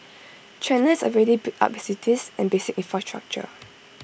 China has already built up its cities and basic infrastructure